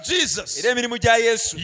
Jesus